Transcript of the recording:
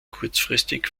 kurzfristig